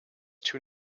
too